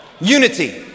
unity